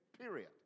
period